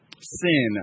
Sin